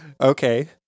Okay